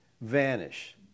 vanish